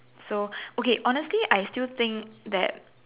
so okay honestly I still think that